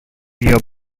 your